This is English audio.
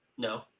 No